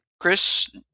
Chris